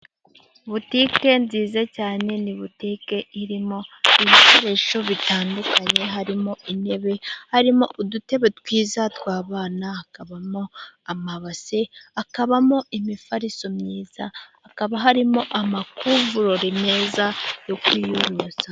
Butique nziza cyane ni butike irimo ibikoresho bitandukanye harimo: intebe, harimo udutebe twiza twabana, hakabamo amabasi, hakabamo imifariso myiza, hakaba harimo n'amakuvurori meza yo kwiyorosa.